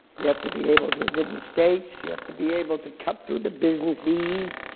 you have to be able to admit mistakes. you have to be able to cut through the business-ese.